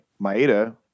Maeda